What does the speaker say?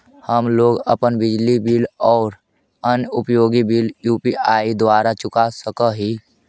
हम लोग अपन बिजली बिल और अन्य उपयोगि बिल यू.पी.आई द्वारा चुका सक ही